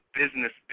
business